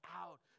out